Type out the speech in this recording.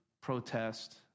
protest